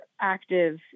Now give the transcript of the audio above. active